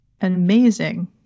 amazing